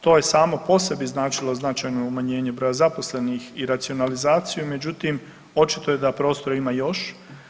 To je samo po sebi značilo značajno umanjenje broja zaposlenih i racionalizaciju, međutim očito je da prostora ima još.